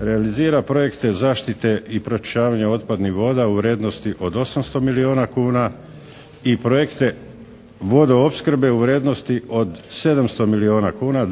realizira projekte zaštite i pročišćavanja otpadnih voda u vrijednosti od 800 milijona kuna i projekte vodoopskrbe u vrijednosti od 700 milijona kuna.